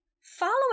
Following